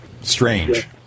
strange